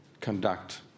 conduct